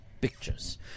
pictures